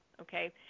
okay